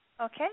Okay